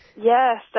Yes